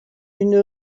une